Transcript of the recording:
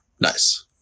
nice